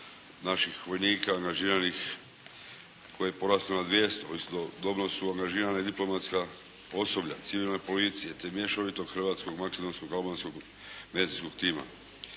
naših vojnika angažiranih koji je porastao na 200. Istodobno su angažirani diplomatska osoblja, civilne policije, te mješovitog hrvatskog-makedonskog-albanskog medicinskog tima.